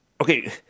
Okay